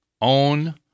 own